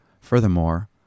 Furthermore